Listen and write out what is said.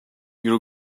you